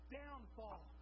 downfall